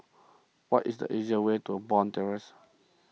what is the easiest way to Bond Terrace